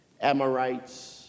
Amorites